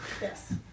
Yes